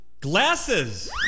glasses